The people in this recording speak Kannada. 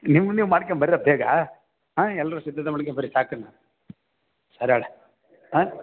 ನಿಮ್ಮ ನಿಮ್ಮ ಮಾಡ್ಕೆಂಡು ಬನ್ರೋ ಬೇಗ ಹಾಂ ಎಲ್ಲರು ಸಿದ್ಧತೆ ಮಾಡ್ಕೆ ಬನ್ರಿ ಸಾಕಿನ್ನು ಸರಿ ಹೇಳ್ ಹಾಂ